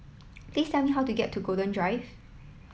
please tell me how to get to Golden Drive